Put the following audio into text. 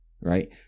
right